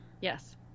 Yes